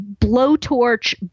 blowtorch